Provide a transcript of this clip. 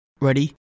Ready